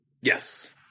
Yes